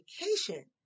education